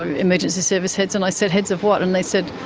emergency service heads. and i said, heads of what? and they said,